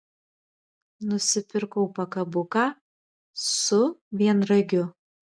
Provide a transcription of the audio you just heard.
nusipirkau pakabuką su vienragiu